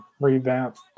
revamped